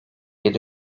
yedi